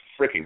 freaking